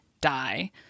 die